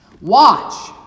Watch